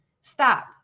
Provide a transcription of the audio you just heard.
stop